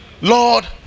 Lord